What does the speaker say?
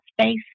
space